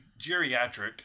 geriatric